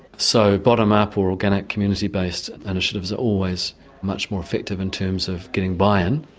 so bottom-up or organic community based initiatives are always much more effective in terms of getting buy-in,